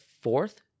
Fourth